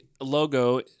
logo—